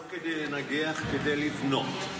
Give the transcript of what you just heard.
לא כדי לנגח כדי לבנות,